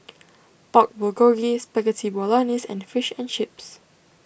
Pork Bulgogi Spaghetti Bolognese and Fish and Chips